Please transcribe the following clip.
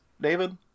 david